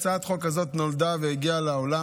הצעת החוק הזאת נולדה והגיעה לעולם